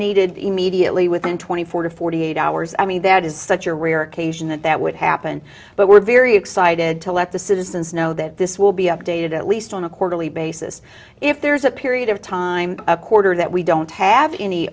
needed immediately within twenty four to forty eight hours i mean that is such a rare occasion that that would happen but we're very excited to let the citizens know that this will be updated at least on a quarterly basis if there's a period of time a quarter that we don't have any